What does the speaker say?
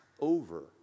over